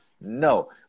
No